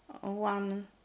one